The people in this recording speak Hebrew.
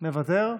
מוותר?